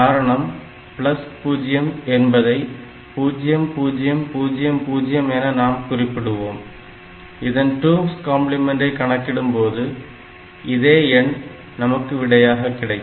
காரணம் 0 என்பதை 0000 என நாம் குறிப்பிடுவோம் இதன் 2's கணக்கிடப்படும் போது இதே எண் நமக்கு விடையாகக் கிடைக்கும்